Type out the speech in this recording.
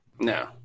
No